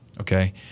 okay